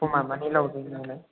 समा मानि लाउद्रायो नालाय